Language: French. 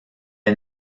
est